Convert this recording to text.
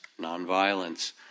nonviolence